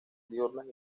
diurnas